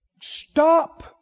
Stop